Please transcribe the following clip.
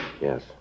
Yes